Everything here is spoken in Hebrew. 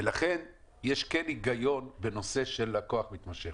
ולכן יש היגיון בנושא של לקוח מתמשך.